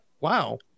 wow